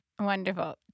Wonderful